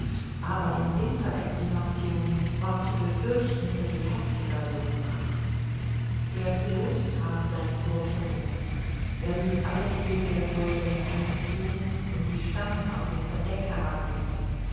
aber im winter aequinoctium war zu befürchten daß sie heftiger losbrach der pilot traf seine vorkehrungen er ließ alle segel der goelette einziehen und die stangen auf dem verdeck